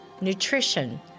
nutrition